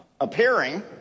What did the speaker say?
appearing